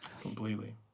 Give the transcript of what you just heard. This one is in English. Completely